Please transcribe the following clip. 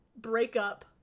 breakup